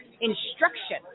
instruction